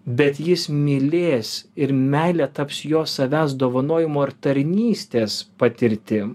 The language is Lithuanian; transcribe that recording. bet jis mylės ir meilė taps jo savęs dovanojimo ir tarnystės patirtim